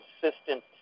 consistent